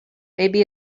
maybe